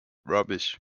rubbish